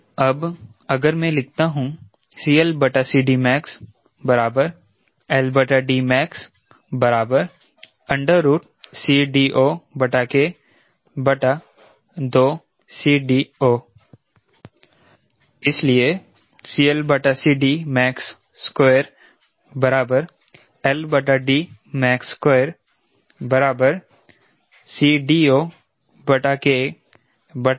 तो अब अगर मैं लिखता हूं max max CD0K 2CD0 इसलिए max2 max2 CD0K 4CD02 और यह भी कि K क्या है